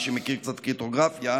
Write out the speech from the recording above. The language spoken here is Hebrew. למי שמכיר קצת קריפטוגרפיה,